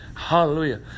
Hallelujah